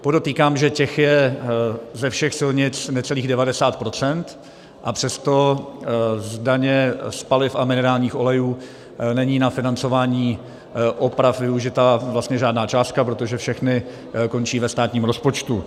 Podotýkám, že těch je ze všech silnic necelých 90 %, a přesto z daně z paliv a minerálních olejů není na financování oprav využita vlastně žádná částka, protože všechny končí ve státním rozpočtu.